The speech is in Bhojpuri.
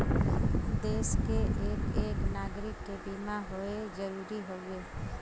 देस के एक एक नागरीक के बीमा होए जरूरी हउवे